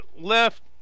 left